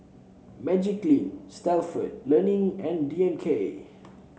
Magiclean Stalford Learning and D M K